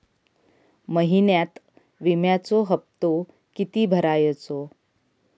महिन्यात विम्याचो हप्तो किती भरायचो?